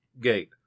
gate